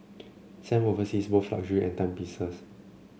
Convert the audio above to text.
Sam oversees both luxury and timepieces